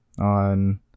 on